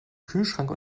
kühlschrank